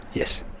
yes.